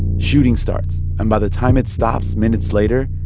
shooting starts, and by the time it stops minutes later,